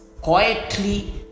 quietly